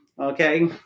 Okay